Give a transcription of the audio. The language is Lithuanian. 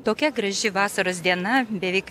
tokia graži vasaros diena beveik